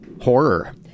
horror